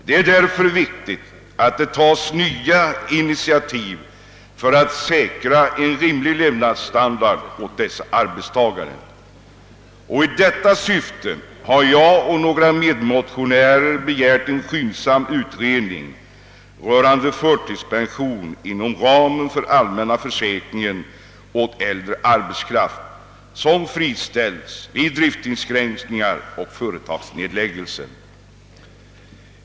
Det är därför viktigt att det tas nya initiativ för att säkra en rimlig levnadsstandard åt dessa arbetstagare. I detta syfte har jag och några medmotionärer begärt en skyndsam utredning rörande förtidspension inom ramen för allmänna försäkringen av äldre arbetskraft, som friställts vid driftsinskränkningar och företagsnedläggelser.